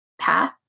path